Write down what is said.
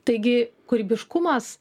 taigi kūrybiškumas